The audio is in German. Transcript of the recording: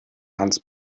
hans